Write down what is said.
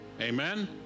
Amen